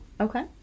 Okay